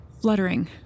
fluttering